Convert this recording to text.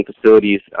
facilities